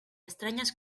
estranyes